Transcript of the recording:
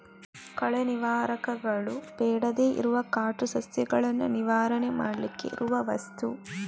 ಕಳೆ ನಿವಾರಕಗಳು ಬೇಡದೇ ಇರುವ ಕಾಟು ಸಸ್ಯಗಳನ್ನ ನಿವಾರಣೆ ಮಾಡ್ಲಿಕ್ಕೆ ಇರುವ ವಸ್ತು